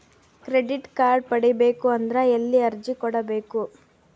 Credit card ಪಡಿಬೇಕು ಅಂದ್ರ ಎಲ್ಲಿ ಅರ್ಜಿ ಕೊಡಬೇಕು?